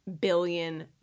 billion